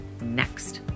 next